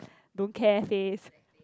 don't care face